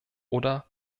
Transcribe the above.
oder